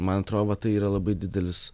man atrodo va tai yra labai didelis